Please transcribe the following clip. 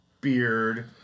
beard